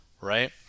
right